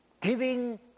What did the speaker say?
giving